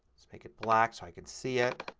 let's make it black so i can see it.